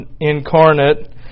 incarnate